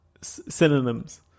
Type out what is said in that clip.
synonyms